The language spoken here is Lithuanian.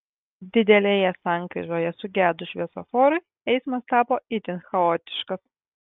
didelėje sankryžoje sugedus šviesoforui eismas tapo itin chaotiškas